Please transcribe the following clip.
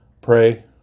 pray